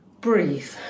breathe